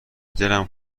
دلم